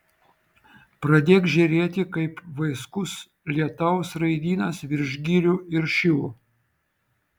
pradėk žėrėti kaip vaiskus lietaus raidynas virš girių ir šilo